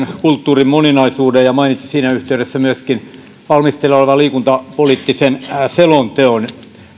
kulttuurin moninaisuuden ja mainitsi siinä yhteydessä myöskin valmisteilla olevan liikuntapoliittisen selonteon